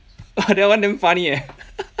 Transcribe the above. that one damn funny eh